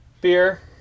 beer